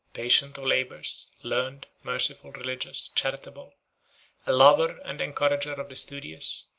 patient of labors, learned, merciful, religious, charitable a lover and encourager of the studious,